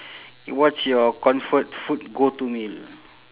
what's your comfort food go to meal